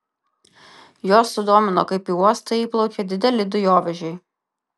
juos sudomino kaip į uostą įplaukia dideli dujovežiai